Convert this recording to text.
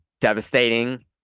devastating